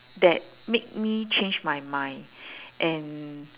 that made me change my mind and